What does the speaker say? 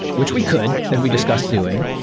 which we could, and we discussed doing.